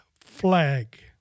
Flag